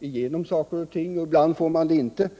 igenom saker och ting, och ibland får man det inte.